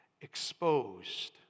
exposed